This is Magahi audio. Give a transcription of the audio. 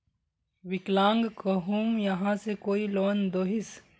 विकलांग कहुम यहाँ से कोई लोन दोहिस?